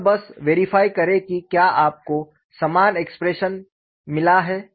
और बस वेरिफाई करें कि क्या आपको समान एक्सप्रेशन मिली है